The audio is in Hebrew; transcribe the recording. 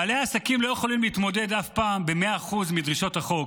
בעלי העסקים לא יכולים להתמודד אף פעם עם 100% של דרישות החוק,